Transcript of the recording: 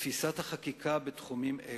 בתפיסת החקיקה בתחומים אלה,